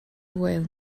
hwyl